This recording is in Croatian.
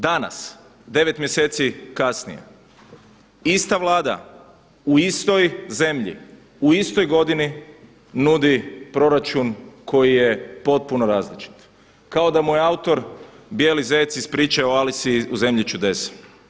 Danas, devet mjeseci kasnije, ista Vlada u istoj zemlji u istoj godini nudi proračun koji je potpuno različit, kao da mu je autor Bijeli zec iz priči o Alisi u zemlji čudesa.